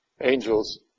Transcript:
angels